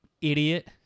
Idiot